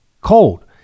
cold